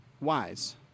Wise